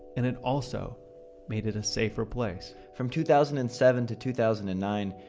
and it also made it a safer place from two thousand and seven to two thousand and nine,